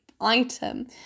item